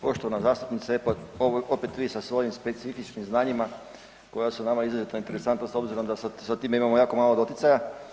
Poštovani zastupniče, opet vi sa svojim specifičnim znanjima koja su nama izrazito interesantna s obzirom da sa time imamo jako malo doticaja.